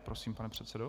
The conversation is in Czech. Prosím, pane předsedo.